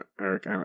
Eric